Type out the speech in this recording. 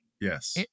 Yes